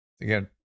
again